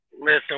Listen